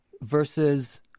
Versus